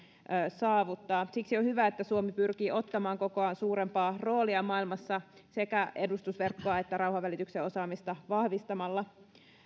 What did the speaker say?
saavuttaa siksi on hyvä että suomi pyrkii ottamaan kokoaan suurempaa roolia maailmassa sekä edustusverkkoa että rauhanvälityksen osaamista vahvistamalla